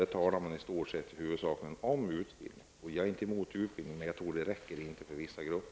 Där talar man i stort sett endast om utbildning. Jag är inte emot utbildning, men jag tror inte att det räcker för vissa grupper.